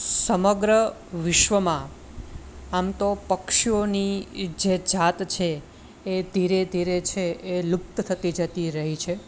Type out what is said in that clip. સમગ્ર વિશ્વમાં આમ તો પક્ષીઓની જે જાત છે એ ધીરે ધીરે છે એ લુપ્ત થતી જતી રહી છે